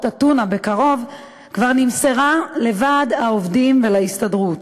הטונה בקרוב כבר נמסרה לוועד העובדים ולהסתדרות.